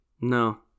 No